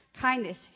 Kindness